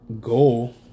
goal